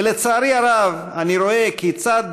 ולצערי הרב אני רואה כיצד